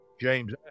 James